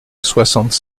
soixante